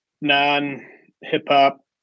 non-hip-hop